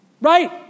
Right